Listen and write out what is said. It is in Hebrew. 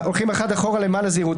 הולכים אחד אחורה למען הזהירות.